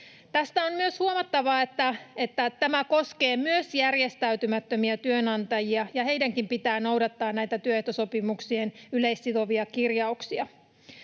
On myös huomattava, että tämä koskee myös järjestäytymättömiä työnantajia ja heidänkin pitää noudattaa näitä työehtosopimuksien yleissitovia kirjauksia.